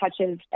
touches